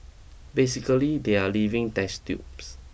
basically they are living test tubes